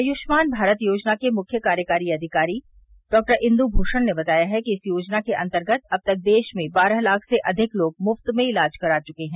आयुष्मान भारत योजना के मुख्य कार्यकारी अधिकारी डॉक्टर इंदु भूषण ने बताया है कि इस योजना के अंतर्गत अब तक देशभर में बारह लाख से अधिक लोग मुफ्त में इलाज करा चुके हैं